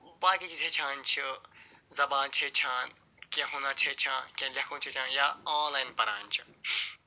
باقٕے چیٖز ہیٚچھان چھِ زبان چھِ ہیٚچھان کیٚنٛہہ ہُنر چھِ ہیٚچھان کیٚنٛہہ لٮ۪کھُن چھِ ہیٚچھان یا آن لایَن پَران چھِ